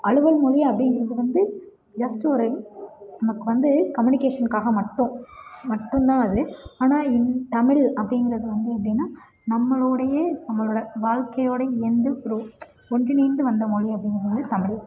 அலுவல் மொழி அப்படிங்கிறது வந்து ஜஸ்ட்டு ஒரு நமக்கு வந்து கம்முனிகேஷனுக்காக மட்டும் மட்டும் தான் அது ஆனால் இந்த தமிழ் அப்படிங்கிறது வந்து எப்படின்னா நம்மளோடைய நம்மளோட வாழ்க்கையோடே இயந்து ரோ ஒன்றிணைந்து வந்த மொழி அப்படிங்கிறது வந்து தமிழ்